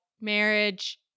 marriage